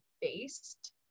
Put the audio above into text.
based